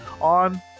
on